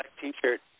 T-shirt